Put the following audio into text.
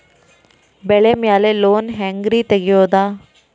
ಬೆಳಿ ಮ್ಯಾಲೆ ಲೋನ್ ಹ್ಯಾಂಗ್ ರಿ ತೆಗಿಯೋದ?